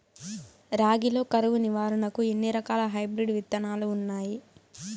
రాగి లో కరువు నివారణకు ఎన్ని రకాల హైబ్రిడ్ విత్తనాలు ఉన్నాయి